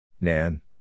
Nan